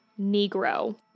negro